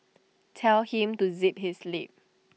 tell him to zip his lip